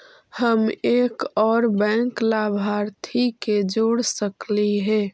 हम एक और बैंक लाभार्थी के जोड़ सकली हे?